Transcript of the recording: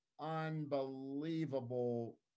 unbelievable